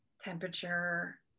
temperature